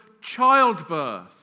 childbirth